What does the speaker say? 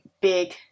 big